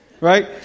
Right